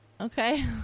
Okay